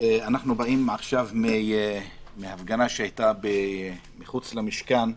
אנחנו באים עכשיו מהפגנה שהייתה מחוץ למשכן,